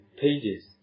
pages